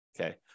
okay